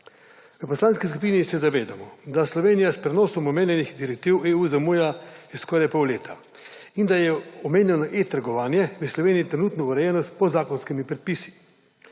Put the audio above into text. V poslanski skupini se zavedamo, da Slovenija s prenosom omenjenih direktiv EU zamuja že skoraj pol leta in da je omenjeno e-trgovanje v Sloveniji trenutno urejeno s podzakonskimi predpisi,